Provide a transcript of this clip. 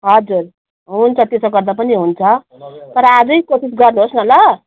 हजुर हुन्छ त्यसो गर्दा पनि हुन्छ तर आज कोसिस गर्नु होस् न ल